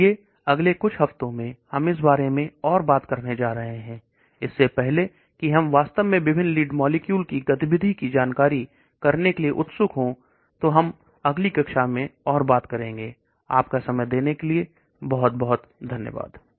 इसलिए अगले कुछ हफ्तों में हम इस बारे में और बात करने जा रहे हैं कि हम वास्तव में लीड मॉलिक्यूल गतिविधि की जानकारी करने के लिए उत्सुक हूं अगली कक्षा में और बात करेंगे आपका समय देने के लिए बहुत बहुत धन्यवाद